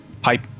pipe